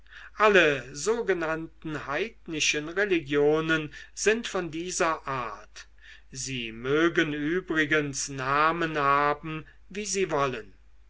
alle sogenannten heidnischen religionen sind von dieser art sie mögen übrigens namen haben wie sie wollen